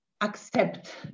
accept